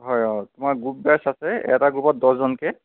হয় অঁ তোমাৰ গ্ৰুপৱাইজ আছে এটা গ্ৰুপত দহজনকৈ